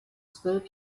zwölf